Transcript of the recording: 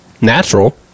natural